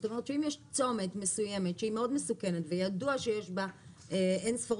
זאת אומרת שאם יש צומת מסוים שהוא מאוד מסוכן וידוע שיש בו אינספור